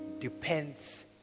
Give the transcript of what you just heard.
depends